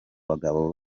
bagabo